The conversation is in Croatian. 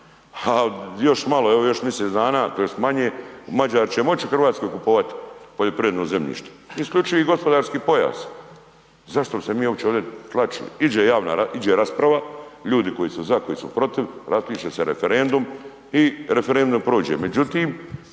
ha još malo evo još misec dana i još manje Mađari će moći u Hrvatskoj kupovati poljoprivredno zemljište, isključivi gospodarski pojas. Zašto bi se ovdje uopće tlačili? Iđe rasprava, ljudi koji su za koji su protiv, raspiše se referendum i referendum prođe.